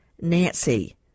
Nancy